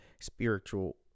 spiritual